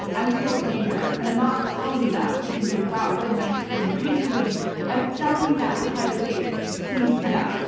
i'm still paying her and i'm not telling you that so you can say, wow, what a nice thing andrea is doing. i'm telling you that to try to say please do that.